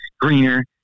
greener